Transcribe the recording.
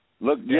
look